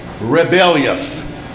rebellious